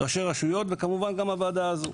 ראשי הרשויות, וכמובן גם הוועדה הזאת.